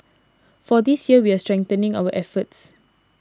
for this year we're strengthening our efforts